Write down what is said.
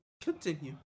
Continue